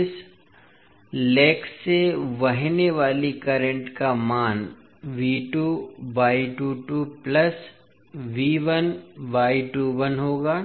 इस पैर से बहने वाली करंट का मान होगा